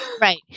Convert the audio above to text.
Right